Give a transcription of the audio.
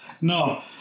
No